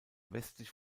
westlich